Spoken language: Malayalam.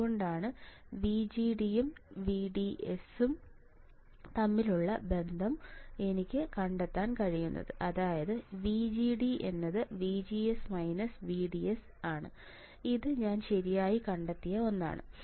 അതുകൊണ്ടാണ് VGDയും VDS സും തമ്മിലുള്ള ബന്ധം എനിക്ക് കണ്ടെത്താൻ കഴിയുന്നത് അതായത് VGD VGS VDS ഇത് ഞാൻ ശരിയായി കണ്ടെത്തിയ ഒന്നാണ്